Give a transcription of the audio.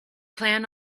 plan